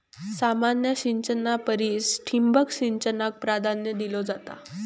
सामान्य सिंचना परिस ठिबक सिंचनाक प्राधान्य दिलो जाता